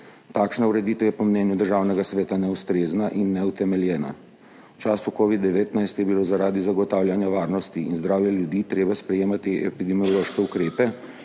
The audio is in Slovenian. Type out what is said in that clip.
Takšna ureditev je po mnenju Državnega sveta neustrezna in neutemeljena. V času covida-19 je bilo zaradi zagotavljanja varnosti in zdravja ljudi treba sprejemati epidemiološke ukrepe,